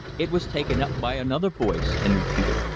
it was taken up by another voice and repeated.